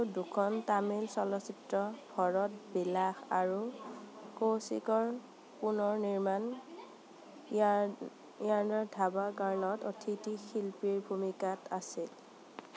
তেওঁ দুখন তামিল চলচ্চিত্ৰ ভৰত বিলাস আৰু কোশিশৰ পুনৰ নিৰ্মাণ য়ুয়াৰ্ণধাবাৰ্গালত অতিথি শিল্পীৰ ভূমিকাত আছিল